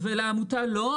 לעמותה לא,